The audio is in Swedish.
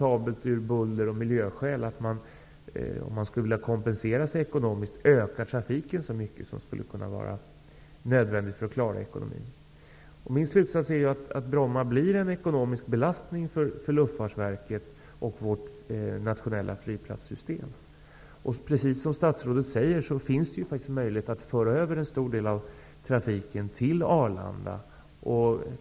Av buller och miljöskäl är det inte heller acceptabelt att man ökar trafiken så mycket som skulle vara nödvändigt för att kompensera sig ekonomiskt. Min slutsats är att Bromma blir en ekonomisk belastning för Luftfartsverket och vårt nationella flygplatssystem. Precis som statsrådet säger finns möjligheter att föra över en stor del av trafiken till Arlanda.